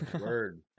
Word